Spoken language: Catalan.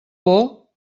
por